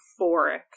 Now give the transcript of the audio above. euphoric